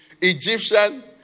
Egyptian